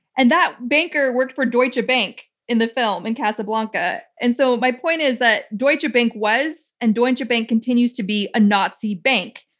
and that banker worked for deutsche bank in the film, in casablanca. and so my point is that deutsche bank was and deutsche bank continues to be a nazi bank.